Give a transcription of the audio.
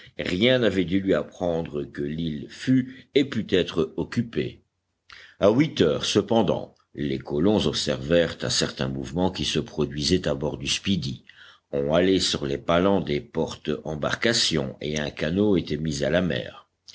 rien n'avait dû lui apprendre que l'île fût et pût être occupée à huit heures cependant les colons observèrent un certain mouvement qui se produisait à bord du speedy on halait sur les palans des porte embarcations et un canot était mis à la mer